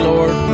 Lord